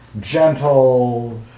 Gentle